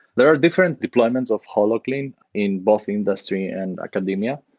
there are different deployments of holoclean in both the industry and academia.